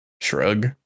Shrug